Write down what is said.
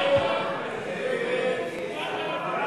הצעת סיעת העבודה